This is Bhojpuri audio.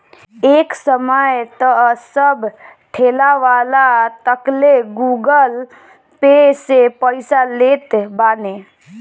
एक समय तअ सब ठेलावाला तकले गूगल पे से पईसा लेत बाने